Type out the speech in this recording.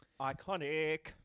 Iconic